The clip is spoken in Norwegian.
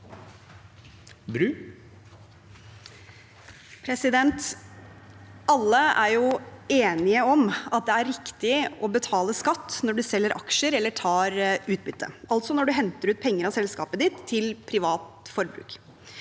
Bru (H) Alle er jo enige om at det er riktig å betale skatt når du selger aksjer eller tar ut utbytte, altså når du henter ut penger av selskapet ditt til privat forbruk.